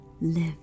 Live